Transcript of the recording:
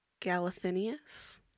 Galathinius